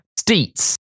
Steets